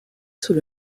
sous